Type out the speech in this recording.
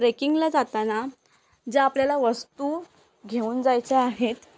ट्रेकिंगला जाताना ज्या आपल्याला वस्तू घेऊन जायच्या आहेत